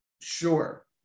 Sure